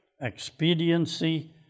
expediency